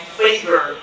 favor